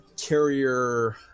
carrier